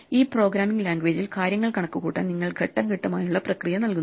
ഈ പ്രോഗ്രാമിംഗ് ലാംഗ്വേജിൽ കാര്യങ്ങൾ കണക്കുകൂട്ടാൻ നിങ്ങൾ ഘട്ടം ഘട്ടമായുള്ള പ്രക്രിയ നൽകുന്നു